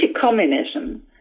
communism